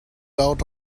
out